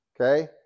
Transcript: Okay